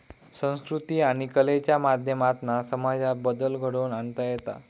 संकृती आणि कलेच्या माध्यमातना समाजात बदल घडवुन आणता येता